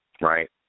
right